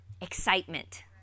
excitement